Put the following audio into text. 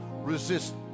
resist